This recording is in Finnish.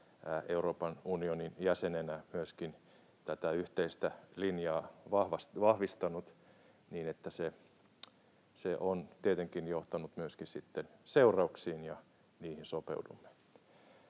Euroopan unionin jäsenenä myöskin tätä yhteistä linjaa vahvistanut, niin että se on tietenkin johtanut myöskin sitten seurauksiin, ja niihin sopeudumme.